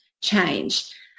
change